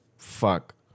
Fuck